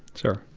sure